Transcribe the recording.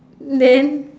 then